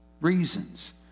reasons